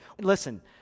Listen